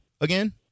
again